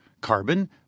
carbon